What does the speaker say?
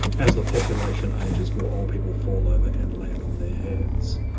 as the population ages more old people fall over and land on their heads.